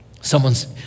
Someone's